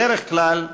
בדרך כלל,